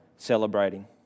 celebrating